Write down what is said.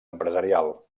empresarial